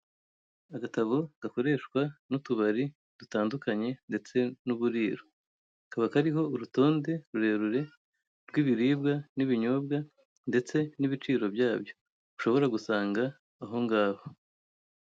Agatabo gakoreshwa n'utubari dutandukanye ndetse, n'uburiro kakaba kariho urutonde rurerure rw'ibiribwa n'ibinyobwa ndetse n'ibiciri byabyo ushobora gusanga aho ngaho.